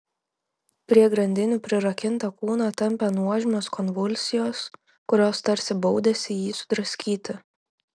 prie grandinių prirakintą kūną tampė nuožmios konvulsijos kurios tarsi baudėsi jį sudraskyti